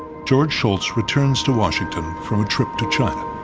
george shultz returns to washington from a trip to china.